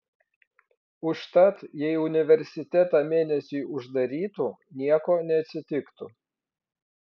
užtat jei universitetą mėnesiui uždarytų nieko neatsitiktų